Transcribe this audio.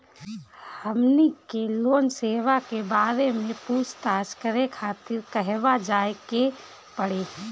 हमनी के लोन सेबा के बारे में पूछताछ करे खातिर कहवा जाए के पड़ी?